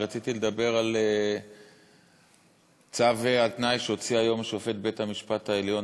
אני רציתי לדבר על צו על-תנאי שהוציא היום שופט בית-המשפט העליון